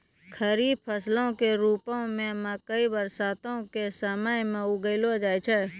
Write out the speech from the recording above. खरीफ फसलो के रुपो मे मकइ बरसातो के समय मे उगैलो जाय छै